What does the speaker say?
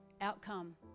outcome